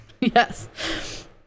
Yes